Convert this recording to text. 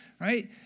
Right